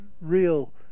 real